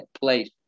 place